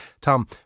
Tom